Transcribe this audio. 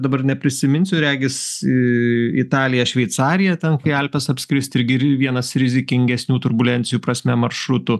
dabar neprisiminsiu regis iii italija šveicarija ten kai alpes apskrist irgi ri vienas rizikingesnių turbulencijų prasme maršrutų